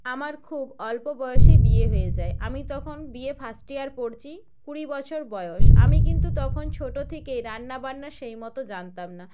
আমার খুব অল্প বয়সেই বিয়ে হয়ে যায় আমি তখন বি এ ফার্স্ট ইয়ার পড়ছি কুড়ি বছর বয়স আমি কিন্তু তখন ছোটো থেকে রান্নাবান্না সেই মতো জানতাম না